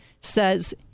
says